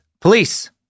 police